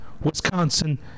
Wisconsin